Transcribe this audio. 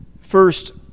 First